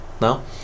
now